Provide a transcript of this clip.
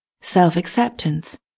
self-acceptance